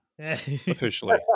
officially